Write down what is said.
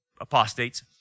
apostates